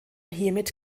hiermit